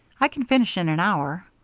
i can finish in an hour.